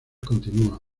continúan